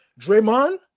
Draymond